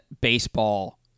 baseball